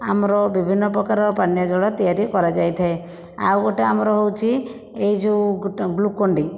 ଆମର ବିଭିନ୍ନ ପ୍ରକାର ପାନୀୟ ଜଳ ତିଆରି କରାଯାଇଥାଏ ଆଉ ଗୋଟିଏ ଆମର ହେଉଛି ଏଇ ଯେଉଁ ଗ୍ଲୁକୋନ ଡ଼ି